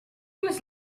was